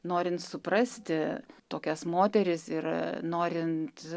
norint suprasti tokias moteris ir norint